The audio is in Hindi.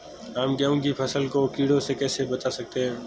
हम गेहूँ की फसल को कीड़ों से कैसे बचा सकते हैं?